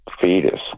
fetus